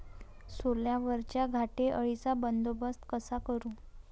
सोल्यावरच्या घाटे अळीचा बंदोबस्त कसा करू?